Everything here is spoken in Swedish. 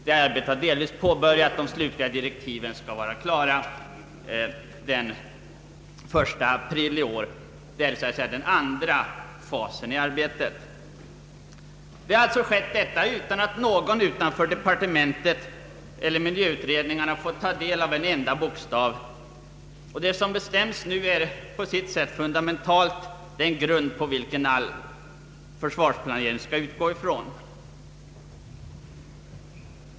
Det arbetet har delvis påbörjats, och de slutliga direktiven kan vara klara den 1 april i år. Detta har alltså skett utan att någon utanför departementet eller miljöutredningarna fått ta del av en enda bokstav. Det som bestäms nu är på sitt sätt fundamentalt, det är den grund på vilken all försvarsplanering skall vila.